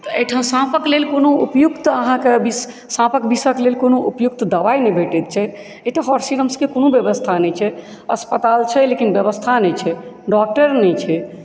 तऽ एहिठाम साँपक लेल कोनो उपयुक्त आहाँके विष साँपक विषक लेल कोनो उपयुक्त दबाइ नहि भेटैत छै एतय कोनो व्यवस्था नहि छै अस्पताल छै लेकिन व्यवस्था नहि छै डॉक्टर नहि छै